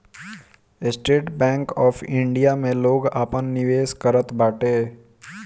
estate bank of India में लोग आपन निवेश करत बाटे